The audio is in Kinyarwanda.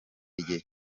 igihe